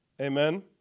Amen